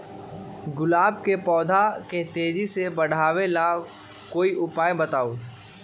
गुलाब के पौधा के तेजी से बढ़ावे ला कोई उपाये बताउ?